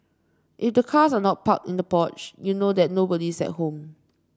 if the cars are not parked in the porch you know that nobody's at home